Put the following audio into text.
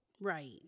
Right